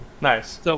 Nice